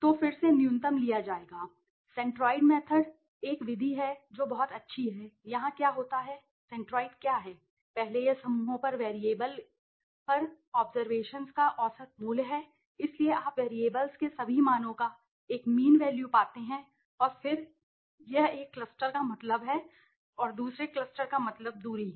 तो फिर से न्यूनतम लिया जाएगा सेंट्रोइड मेथड एक विधि है जो बहुत अच्छी है यहां क्या होता है सेंट्रोइड क्या है पहले यह समूहों पर वैरिएबल पर ऑब्जरवेशन्स का औसत मूल्य है इसलिए आप वैरिएबल्स के सभी मानों का एक मीन वैल्यू पाते हैं और फिर यह एक क्लस्टर का मतलब है और दूसरे क्लस्टर का मतलब दूरी सही है